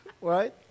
Right